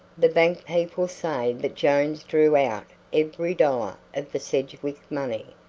the bank people say that jones drew out every dollar of the sedgwick money,